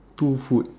two food